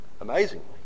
Amazingly